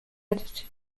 edited